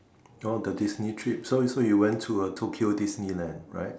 orh the Disney trip so you so you went to uh Tokyo Disneyland right